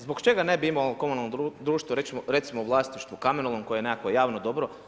Zbog čega ne bi imalo komunalno društvo recimo u vlasništvu kamenolom koje je nekakvo javno dobro?